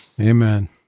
Amen